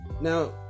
Now